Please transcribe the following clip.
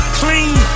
clean